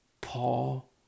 Paul